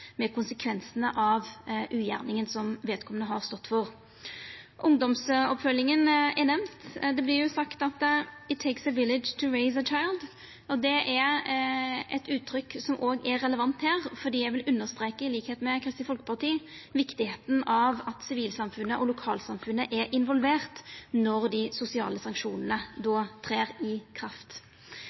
med konsekvensane av ugjerninga si. Ungdomsoppfølginga er nemnd. Det vert jo sagt at «it takes a village to raise a child». Det er eit uttrykk som òg er relevant har. Eg vil understreka, i likheit med Kristeleg Folkeparti, viktigheita av at sivilsamfunnet og lokalsamfunnet er involverte når dei sosiale sanksjonane trer i kraft.